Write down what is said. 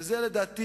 לדעתי,